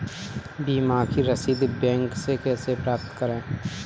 बीमा की रसीद बैंक से कैसे प्राप्त करें?